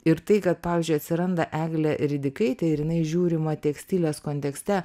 ir tai kad pavyzdžiui atsiranda eglė ridikaitė ir jinai žiūrima tekstilės kontekste